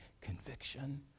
conviction